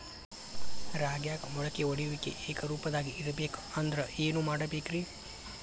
ರಾಗ್ಯಾಗ ಮೊಳಕೆ ಒಡೆಯುವಿಕೆ ಏಕರೂಪದಾಗ ಇರಬೇಕ ಅಂದ್ರ ಏನು ಮಾಡಬೇಕ್ರಿ?